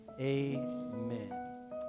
Amen